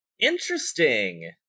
Interesting